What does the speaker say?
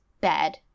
bad